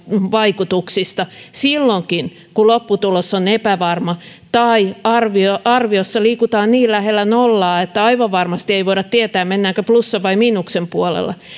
vaikutuksista silloinkin kun lopputulos on epävarma tai arviossa liikutaan niin lähellä nollaa että aivan varmasti ei voida tietää mennäänkö plussan vai miinuksen puolella